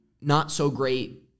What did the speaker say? not-so-great